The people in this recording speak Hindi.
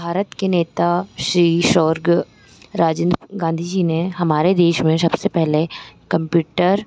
भारत के नेता श्री शोर्ग राजेन्द्र गांधी जी ने हमारे देश में सबसे पहले कंप्युटर